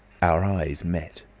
our eyes met.